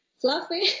fluffy